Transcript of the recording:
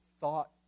thought